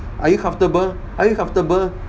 are you comfortable are you comfortable